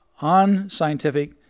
unscientific